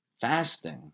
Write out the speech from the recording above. Fasting